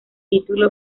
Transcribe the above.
título